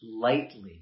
lightly